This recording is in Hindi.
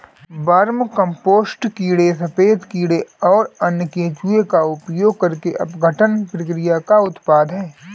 वर्मीकम्पोस्ट कीड़े सफेद कीड़े और अन्य केंचुए का उपयोग करके अपघटन प्रक्रिया का उत्पाद है